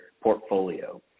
portfolio